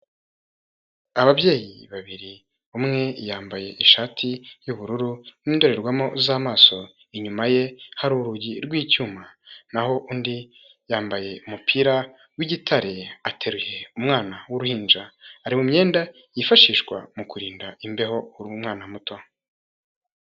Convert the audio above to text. Ababyeyi babiri, umwe yambaye ishati y'ubururu n'indorerwamo z'amaso, inyuma ye hari urugi rw'icyuma naho undi yambaye umupira w'igitare ateruye umwana w'uruhinja ari mu myenda yifashishwa mu kurinda imbeho buri mwana muto.